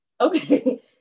Okay